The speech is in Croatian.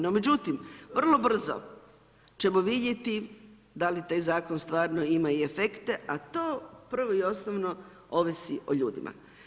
No međutim, vrlo brzo ćemo vidjeti da li taj zakon stvarno ima i efekte a to prvo i osnovno ovisi o ljudima.